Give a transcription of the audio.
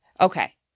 Okay